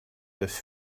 this